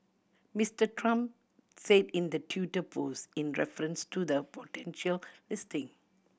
Mister Trump said in the Twitter post in reference to the potential listing